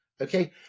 Okay